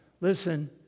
Listen